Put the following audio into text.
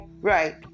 right